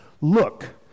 look